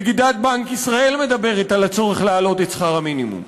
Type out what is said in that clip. נגידת בנק ישראל מדברת על הצורך להעלות את שכר המינימום.